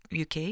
UK